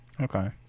okay